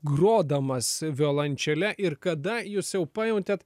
grodamas violončele ir kada jūs jau pajautėt